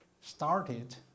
started